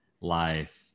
life